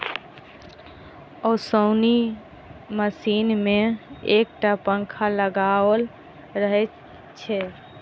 ओसौनी मशीन मे एक टा पंखा लगाओल रहैत छै